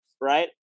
right